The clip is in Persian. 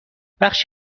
بخش